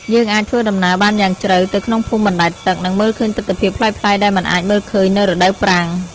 យើងអាចធ្វើដំណើរបានយ៉ាងជ្រៅទៅក្នុងភូមិបណ្តែតទឹក និងមើលឃើញទិដ្ឋភាពប្លែកៗដែលមិនអាចមើលឃើញនៅរដូវប្រាំង។